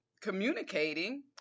communicating